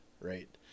right